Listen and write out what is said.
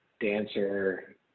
dancer